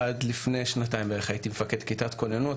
עד לפני שנתיים בערך הייתי מפקד כיתת כוננות.